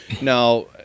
Now